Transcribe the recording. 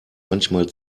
manchmal